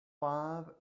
five